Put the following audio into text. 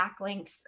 backlinks